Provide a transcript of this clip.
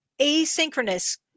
asynchronous